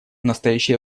настоящее